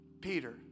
Peter